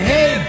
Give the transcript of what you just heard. Hey